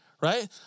right